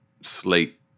slate